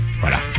Voilà